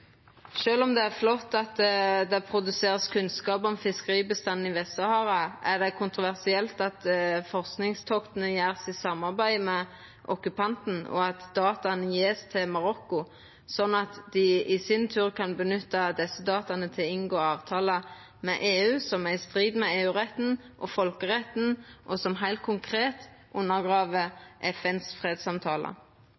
om det er flott at det vert produsert kunnskap om fiskeribestanden i Vest-Sahara, er det kontroversielt at ein gjer forskingstokta i samarbeid med okkupanten, og at dataa vert gjevne til Marokko, sånn at dei i sin tur kan nytta desse dataa til å inngå avtaler med EU som er i strid med EU-retten og folkeretten, og som heilt konkret